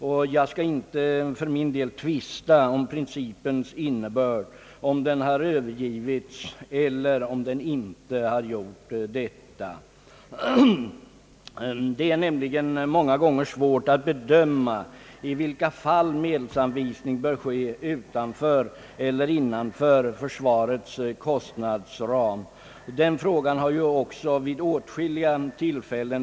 För min del ämnar jag inte tvista om principens innebörd och huruvida den har övergivits eller inte. Det är nämligen många gånger svårt att bedöma i vilka fall medelsanvisning bör ske utanför eller innan för försvarets kostnadsram. Den frågan har också diskuterats vid åtskilliga tillfällen.